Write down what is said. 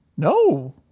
No